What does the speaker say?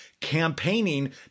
campaigning